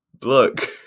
look